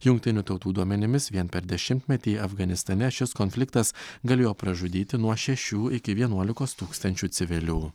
jungtinių tautų duomenimis vien per dešimtmetį afganistane šis konfliktas galėjo pražudyti nuo šešių iki vienuolikos tūkstančių civilių